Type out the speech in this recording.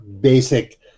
basic